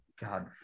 god